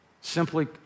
Simply